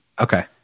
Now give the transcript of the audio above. Okay